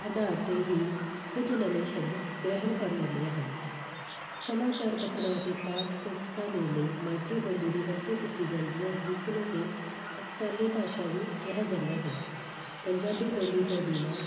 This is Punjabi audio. ਆਧਾਰ 'ਤੇ ਹੀ ਕੁਝ ਨਵੇਂ ਸ਼ਬਦ ਗ੍ਰਹਿਣ ਕਰ ਲੈਂਦੀਆਂ ਹਨ ਸਮਾਚਾਰ ਪੱਤਰਾਂ ਅਤੇ ਪਾਠ ਪੁਸਤਕਾਂ ਦੇ ਲਈ ਮਾਝੀ ਬੋਲੀ ਦੀ ਵਰਤੋਂ ਕੀਤੀ ਜਾਂਦੀ ਹੈ ਜਿਸ ਨੂੰ ਕਿ ਟਕਸਾਲੀ ਭਾਸ਼ਾ ਵੀ ਕਿਹਾ ਜਾਂਦਾ ਹੈ ਪੰਜਾਬੀ ਬੋਲੀ ਤੋਂ ਬਿਨਾ